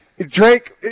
Drake